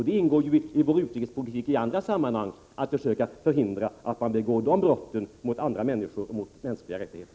Det ingår i vår utrikespolitik i andra sammanhang att försöka förhindra de brotten mot andra människor och mot mänskliga rättigheter.